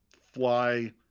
fly